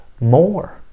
more